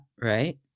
right